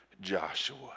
Joshua